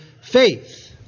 faith